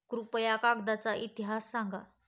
कृपया कागदाचा इतिहास सांगा